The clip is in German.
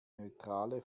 neutrale